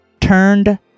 turned